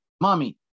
Mommy